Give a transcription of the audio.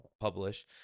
publish